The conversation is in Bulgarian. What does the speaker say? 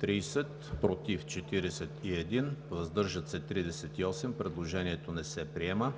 30, против 41, въздържат се 38. Предложението не се приема.